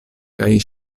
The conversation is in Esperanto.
kaj